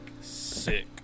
Sick